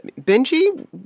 Benji